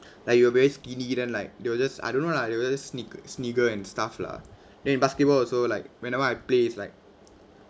like you're very skinny then like they will just I don't know lah they will snig~ snigger and stuff lah then in basketball also like whenever I play is like